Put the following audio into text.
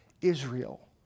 Israel